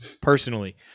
personally